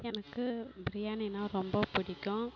எனக்கு பிரியாணினா ரொம்ப பிடிக்கும்